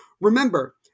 remember